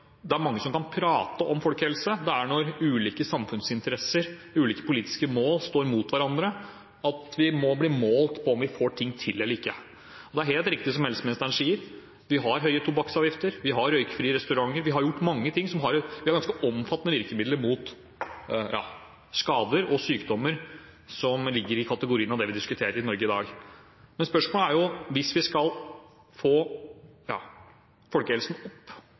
det er mange som kan prate om folkehelse, det er når ulike samfunnsinteresser, ulike politiske mål, står mot hverandre, at vi må bli målt på om vi får ting til eller ikke. Det er helt riktig som helseministeren sier, vi har høye tobakksavgifter, vi har røykfrie restauranter – vi har ganske omfattende virkemidler mot skader og sykdommer som er i den kategorien vi diskuterer i Norge i dag. Men saken er at hvis vi skal få folkehelsen opp